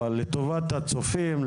אבל לטובת הצופים,